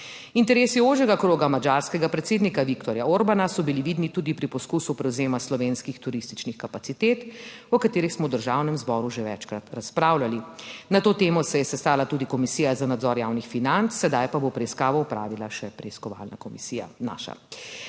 Interesi ožjega kroga madžarskega predsednika Viktorja Orbana so bili vidni tudi pri poskusu prevzema slovenskih turističnih kapacitet, o katerih smo v Državnem zboru že večkrat razpravljali. Na to temo se je sestala tudi Komisija za nadzor javnih financ, sedaj pa bo preiskavo opravila še preiskovalna komisija naša.